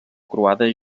croada